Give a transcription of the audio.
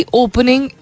opening